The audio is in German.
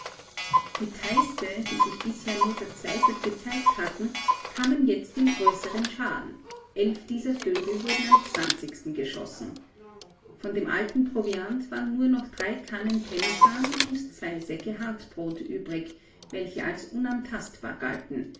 die teiste die sich bisher nur vereinzelt gezeigt hatten kamen jetzt in größeren scharen elf dieser vögel wurden am geschossen von dem alten proviant waren nur noch drei kannen pemmikan und zwei säcke hartbrot übrig welche als unantastbar galten